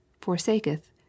forsaketh